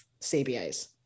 CBAs